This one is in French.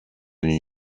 new